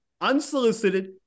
unsolicited